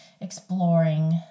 exploring